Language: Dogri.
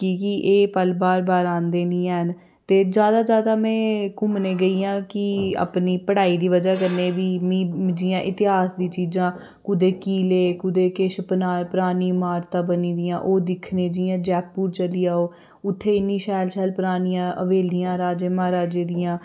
की गी एह् पल बार बार आंदे नी हैन ते ज्यादा ज्यादा में घूमने गेईं आं कि अपनी पढ़ाई दी बजह कन्नै बी मिगी जियां इतेहास दी चीजां कुदै किले कुदै किश पना परानी इमारतां बनी दियां ओह् दिक्खने जियां जयपुर चली जाओ उत्थै इन्नी शैल शैल परानियां हवेलियां राजें महाराजें दियां